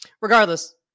Regardless